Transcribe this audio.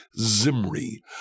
Zimri